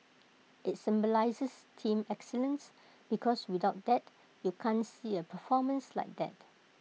IT symbolises team excellence because without that you can't see A performance like that